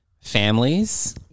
families